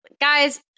guys